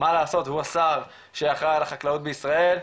מה לעשות והוא השר שאחראי על החקלאות בישראל.